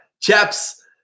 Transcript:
chaps